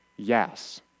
Yes